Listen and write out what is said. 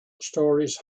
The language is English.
stories